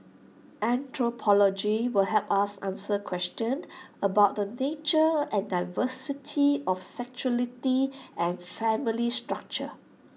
anthropology will help us answer questions about the nature and diversity of sexuality and family structures